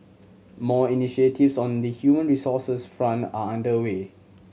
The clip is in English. more initiatives on the human resources front are under way